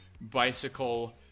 bicycle